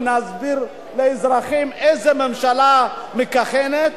ונסביר לאזרחים איזו ממשלה מכהנת,